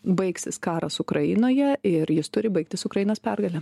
baigsis karas ukrainoje ir jis turi baigtis ukrainos pergale